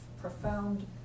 profound